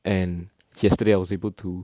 and yesterday I was able to